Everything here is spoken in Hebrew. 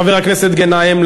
חבר הכנסת גנאים,